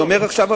אני אומר עכשיו,